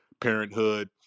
parenthood